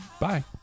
bye